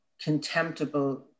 contemptible